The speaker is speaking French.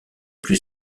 plus